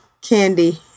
candy